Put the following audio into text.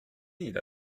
need